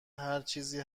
هرچیزی